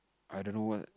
I don't know what